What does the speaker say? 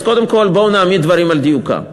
אז קודם כול, בואו נעמיד דברים על דיוקם.